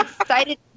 excited